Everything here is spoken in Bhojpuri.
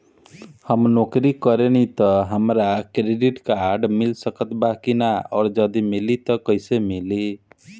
हम नौकरी करेनी त का हमरा क्रेडिट कार्ड मिल सकत बा की न और यदि मिली त कैसे मिली?